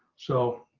so,